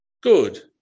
good